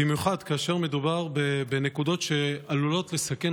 במיוחד כאשר מדובר בנקודות שעלולות לסכן